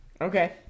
Okay